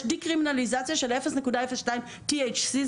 יש דה-קרימינליזציה של 0.02 THC,